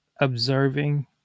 observing